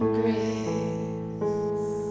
grace